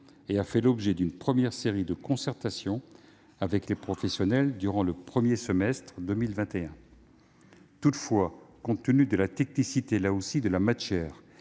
elle a fait l'objet d'une première série de concertations avec les professionnels durant le premier semestre 2021. Toutefois, compte tenu de la technicité de la matière